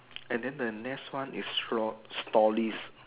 and then the next one is store stories